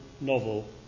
novel